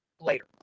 later